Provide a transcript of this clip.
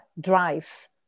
drive